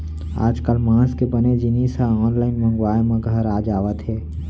आजकाल मांस के बने जिनिस ह आनलाइन मंगवाए म घर आ जावत हे